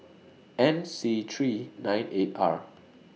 N C three nine eight R